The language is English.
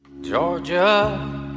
Georgia